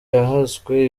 yahaswe